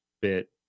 bit